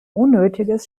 unnötiges